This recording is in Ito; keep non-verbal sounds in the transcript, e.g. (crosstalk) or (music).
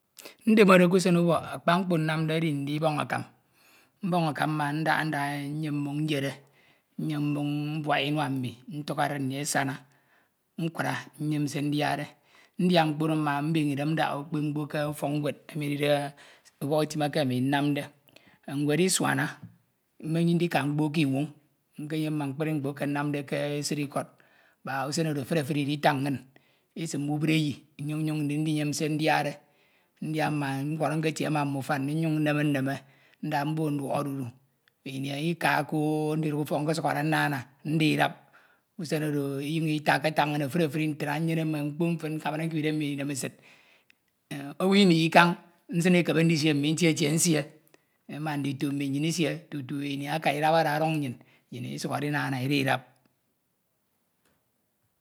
Ndemede k’usen ubọk, akpa mkpo nnamde edi ndibọñ akam, mbọñ aka mma ndaha nda nyem mmoñ nyere, nyem mmoñ mbuaha Inua mmi, ntuk edid mmi esana nkura, nyem se ndiade, ndia mkpo oro mma, mbeñe Idem ndaha ukpep mkpo k’ufọk ñwed, emi edide ubọk utim eke ami nnamde, enh ñwed Isuana, men ndika mkpo k’Iwwoñ nkenyem mme mkpri mkpo eke nnamde ke (hesitation) esid Ikod mak usen odo efuri efuri Iditak Inñ, Isim mbubreyi nnyuñ nyoñ ndinyen se ndiade, ndia mma nwọrọ nketie ma mme ufan nni, nneme nneme nda mbo nduọk odudu Ini enye Ika ko, o ndiduk ufọk nkọsukhọ de nnana, usen oro (hesitation) Inyuñ Itakke takke efuri efuri, mkpo mfen nkamade nkip Idem mmi Inemesid, (hesitation) owu Ino Ikañ nsin ekebe ndisie mmi ntietie nsie ami ma ndito mmi nnyin isie tutu Ini aka, Idap ana ọdọñ nnyin, nnyin Isukhọ de Inana Idi Idap.